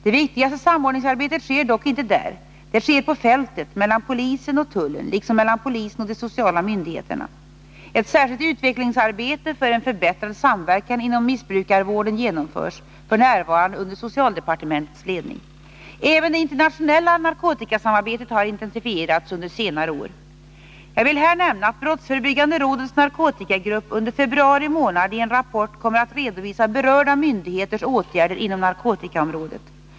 Det viktigaste samordningsarbetet sker dock inte där. Det sker på fältet, mellan polisen och tullen liksom mellan polisen och de sociala myndigheterna. Ett särskilt utvecklingsarbete för en förbättrad samverkan inom missbrukarvården genomförs f. n. under socialdepartementets ledning. Även det internationella narkotikasamarbetet har intensifierats under senare år. Jag vill här nämna att brottsförebyggande rådets narkotikagrupp under februari månad i en rapport kommer att redovisa berörda myndigheters åtgärder inom narkotikaområdet.